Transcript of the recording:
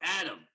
Adam